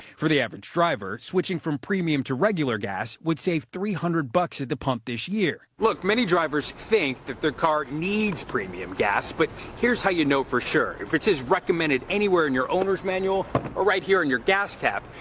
for the average driver, switching from premium to regular gas would save three hundred dollars at the pump this year. look, many drivers think that their car needs premium gas, but here's how you know for sure. if it says recommended anywhere in your owners manual or right here on and your gas cap,